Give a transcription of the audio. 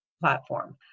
platform